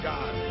God